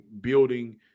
building